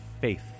Faith